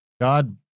God